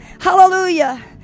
Hallelujah